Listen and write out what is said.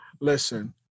Listen